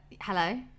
Hello